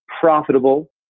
profitable